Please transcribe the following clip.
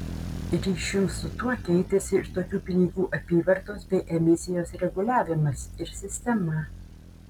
ryšium su tuo keitėsi ir tokių pinigų apyvartos bei emisijos reguliavimas ir sistema